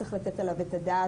שצריך לתת גם עליו את הדעת.